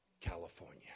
California